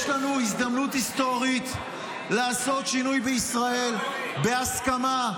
יש לנו הזדמנות היסטורית לעשות שינוי בישראל בהסכמה,